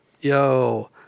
Yo